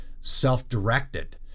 self-directed